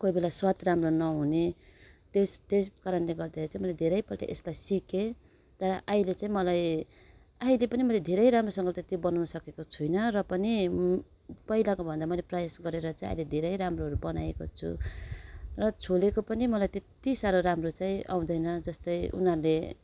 कोही बेला स्वाद राम्रो नहुने त्यस् त्यस कारणले गर्दा चाहिँ मैले धेरैपल्ट यसलाई सिके तर अहिले चाहिँ मलाई अहिले पनि मैले धेरै राम्रोसँगले त्यो बनाउनु सकेको छुइनँ र पनि पहिलाको भन्दा मैले प्रयास गरेर चाहिँ धेरै राम्रोहरू बनाएको छु र छोलेको पनि मलाई त्यति साह्रो राम्रो चाहिँ मलाई आउँदैन जस्तै उनीहरूले